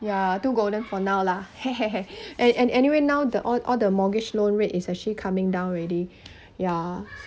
ya too golden for now lah and and anyway now the all all the mortgage loan rate is actually coming down already ya